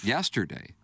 Yesterday